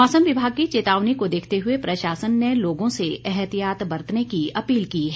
मौसम विभाग की चेतावनी को देखते हुए प्रशासन ने लोगों से ऐहतियात बरतने की अपील की है